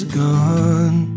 gone